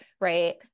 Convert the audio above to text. right